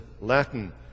Latin